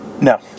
No